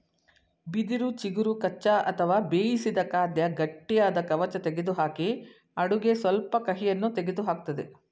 ಬಿದಿರು ಚಿಗುರು ಕಚ್ಚಾ ಅಥವಾ ಬೇಯಿಸಿದ ಖಾದ್ಯ ಗಟ್ಟಿಯಾದ ಕವಚ ತೆಗೆದುಹಾಕಿ ಅಡುಗೆ ಸ್ವಲ್ಪ ಕಹಿಯನ್ನು ತೆಗೆದುಹಾಕ್ತದೆ